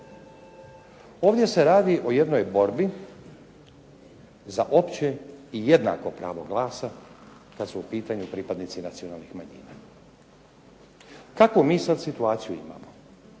Ovdje se radi o jednoj borbi za opće i jednako pravo glasa kad su u pitanju pripadnici nacionalnih manjina. Kakvu mi sad situaciju imamo?